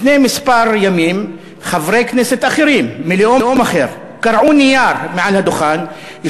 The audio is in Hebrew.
לפני כמה ימים חברי כנסת אחרים מלאום אחר קרעו נייר מעל הדוכן,